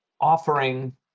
offering